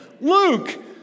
Luke